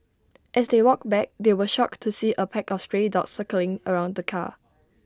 as they walked back they were shocked to see A pack of stray dogs circling around the car